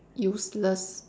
useless